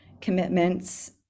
commitments